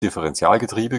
differentialgetriebe